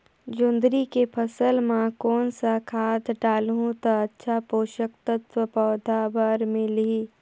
जोंदरी के फसल मां कोन सा खाद डालहु ता अच्छा पोषक तत्व पौध बार मिलही?